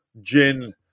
gin